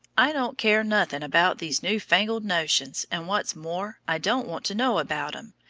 i don't care nothing about these new fangled notions and what's more i don't want to know about em.